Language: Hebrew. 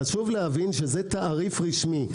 חשוב להבין שזה תעריף רשמי.